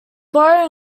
borough